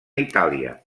itàlia